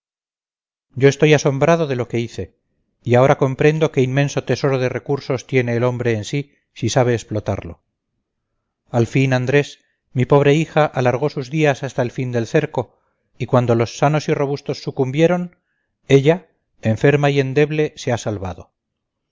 yo estoy asombrado de lo que hice y ahora comprendo qué inmenso tesoro de recursos tiene el hombre en sí si sabe explotarlo al fin andrés mi pobre hija alargó sus días hasta el fin del cerco y cuando los sanos y robustos sucumbieron ella enferma y endeble se ha salvado